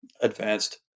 advanced